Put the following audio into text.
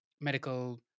medical